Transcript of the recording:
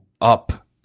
up